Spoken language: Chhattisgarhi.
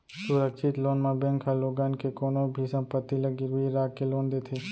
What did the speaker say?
सुरक्छित लोन म बेंक ह लोगन के कोनो भी संपत्ति ल गिरवी राख के लोन देथे